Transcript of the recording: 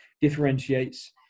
differentiates